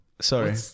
Sorry